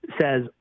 says